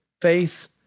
faith